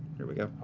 here we go.